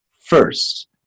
first